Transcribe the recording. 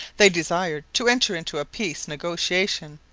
they desired to enter into a peace negotiation,